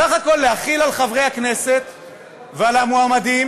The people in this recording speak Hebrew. בסך הכול להחיל על חברי הכנסת ועל המועמדים